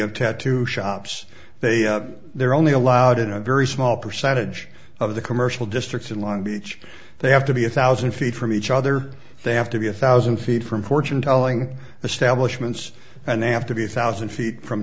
of tattoo shops they they're only allowed in a very small percentage of the commercial districts in long beach they have to be a thousand feet from each other they have to be a thousand feet from fortune telling the stablish mints and they have to be a thousand feet from